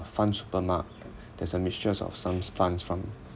fundsupermart there's a mixtures of some funds from